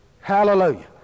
hallelujah